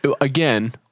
Again